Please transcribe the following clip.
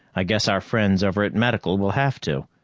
i guess our friends over at medical will have to.